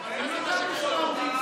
אתה, סתם.